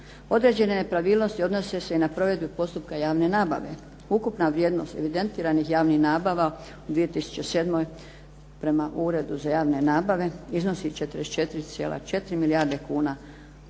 Određene nepravilnosti odnose se i na provedbu postupka javne nabave. Ukupna vrijednost evidentiranih javnih nabava u 2007. prema Uredu za javne nabave iznosi 44,4 milijarde kuna.